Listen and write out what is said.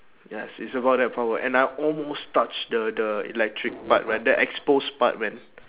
yes it's about that power and I almost touched the the electric part where the exposed part man